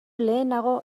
lehenago